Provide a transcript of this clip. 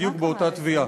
בדיוק באותה תביעה.